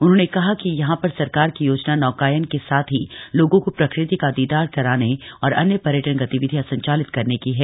उन्होंने कहा कि यहां पर सरकार की योजना नौकायन के साथ ही लोगों को प्रकृति का दीदार कराने और अन्य पर्यटन गतिविधियां संचालित करने की है